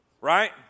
right